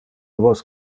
vos